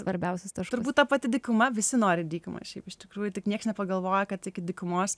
svarbiausias turbūt ta pati dykuma visi nori į dykuma šiaip iš tikrųjų tik niekas nepagalvoja kad iki dykumos